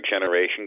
generation